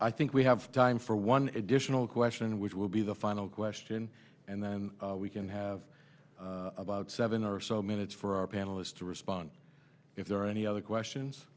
i think we have time for one additional question which will be the final question and then we can have about seven or so minutes for our panelists to respond if there are any other questions